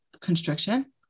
construction